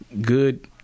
good